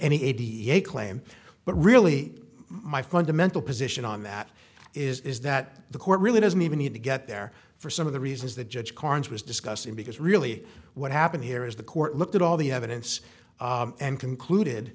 eight claim but really my fundamental position on that is that the court really doesn't even need to get there for some of the reasons that judge carnes was discussing because really what happened here is the court looked at all the evidence and concluded